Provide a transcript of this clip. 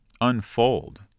unfold